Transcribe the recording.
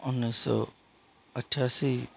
उन्नीस सौ अठासी